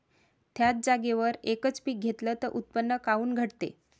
थ्याच जागेवर यकच पीक घेतलं त उत्पन्न काऊन घटते?